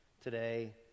today